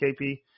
KP